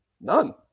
None